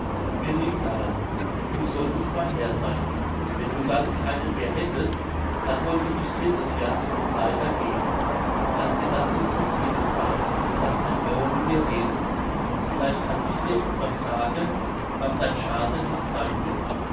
mir liegt daran du solltest mein herr sein wenn du dann keinen mehr hättest denn wollte ich dir des jahrs wohl kleider geben laß dir das nicht so spöttisch sein daß ein bauer mit dir redet vielleicht kann ich dir etwas sagen was dein schade nicht sein wird